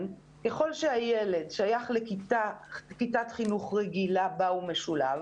ככל שהילד שייך לכיתת חינוך רגילה בה הוא משולב,